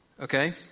Okay